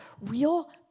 real